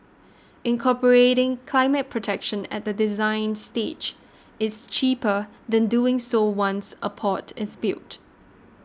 incorporating climate protection at the design stage is cheaper than doing so once a port is built